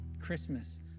Christmas